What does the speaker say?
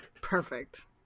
Perfect